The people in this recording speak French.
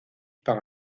par